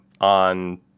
on